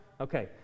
Okay